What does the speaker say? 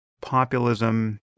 populism